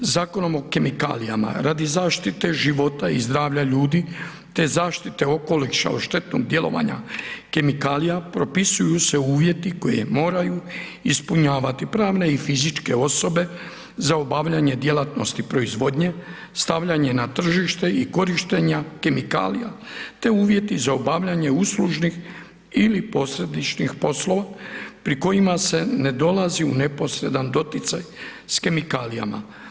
Zakonom o kemikalijama radi zaštite života i zdravlja ljudi, te zaštite okoliša od štetnog djelovanja kemikalija propisuju se uvjeti koje moraju ispunjavati pravne i fizičke osobe za obavljanje djelatnosti proizvodnje, stavljanje na tržište i korištenja kemikalija, te uvjeti za obavljanje uslužnih ili posredničkih poslova pri kojima se ne dolazi u neposredan doticaj s kemikalijama.